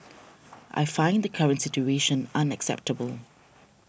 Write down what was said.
I find the current situation unacceptable